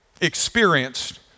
experienced